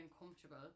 uncomfortable